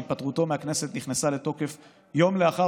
שהתפטרותו מהכנסת נכנסה לתוקף יום לאחר